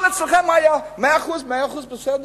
אצלכם הכול היה מאה אחוז בסדר?